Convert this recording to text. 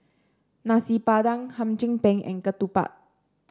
Nasi Padang Hum Chim Peng and ketupat